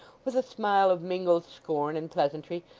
with a smile of mingled scorn and pleasantry.